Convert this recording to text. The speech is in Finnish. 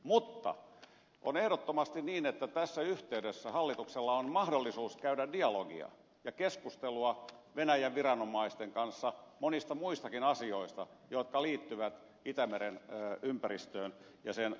mutta on ehdottomasti niin että tässä yhteydessä hallituksella on mahdollisuus käydä dialogia ja keskustelua venäjän viranomaisten kanssa monista muistakin asioista jotka liittyvät itämeren ympäristöön ja sen turvallisuuteen